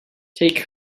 take